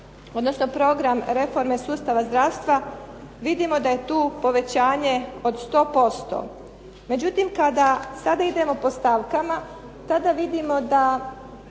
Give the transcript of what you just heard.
odnosno program reforme sustava zdravstva vidimo da je tu povećanje od 100%. Međutim, kada sada idemo po stavkama tada vidimo da